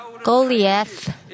Goliath